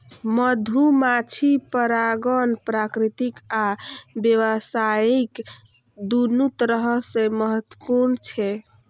मधुमाछी परागण प्राकृतिक आ व्यावसायिक, दुनू तरह सं महत्वपूर्ण छै